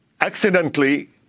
accidentally